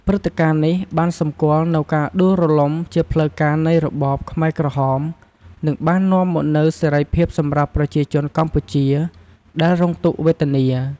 ព្រឹត្តិការណ៍នេះបានសម្គាល់នូវការដួលរលំជាផ្លូវការនៃរបបខ្មែរក្រហម និងបាននាំមកនូវសេរីភាពសម្រាប់ប្រជាជនកម្ពុជាដែលរងទុក្ខវេទនា។